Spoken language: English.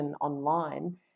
online